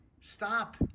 stop